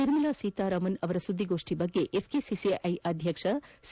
ನಿರ್ಮಲಾ ಸೀತಾರಾಮನ್ ಅವರ ಸುದ್ದಿಗೋಷ್ಠಿಯ ಬಗ್ಗೆ ಎಫ್ಕೆಸಿಸಿಐ ಅಧ್ಯಕ್ಷ ಸಿ